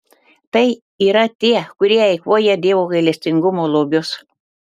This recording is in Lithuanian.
tai yra tie kurie eikvoja dievo gailestingumo lobius